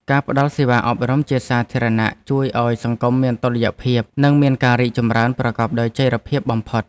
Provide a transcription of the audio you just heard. ការផ្តល់សេវាអប់រំជាសាធារណៈជួយឱ្យសង្គមមានតុល្យភាពនិងមានការរីកចម្រើនប្រកបដោយចីរភាពបំផុត។